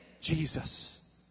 Jesus